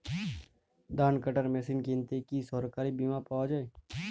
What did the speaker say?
ধান কাটার মেশিন কিনতে কি সরকারী বিমা পাওয়া যায়?